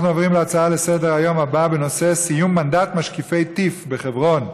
אנחנו עוברים להצעות לסדר-היום בנושא: סיום מנדט משקיפי טי"פ בחברון,